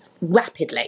rapidly